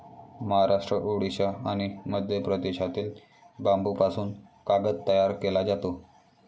महाराष्ट्र, ओडिशा आणि मध्य प्रदेशातील बांबूपासून कागद तयार केला जातो